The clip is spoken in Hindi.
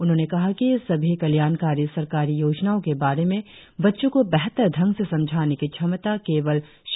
उन्होंने कहा कि सभी कल्याणकारी सरकारी योजनाओ के बारे में बच्चों को बेहतर दंग से समझाने की क्षमता केवल शिक्षको में ही है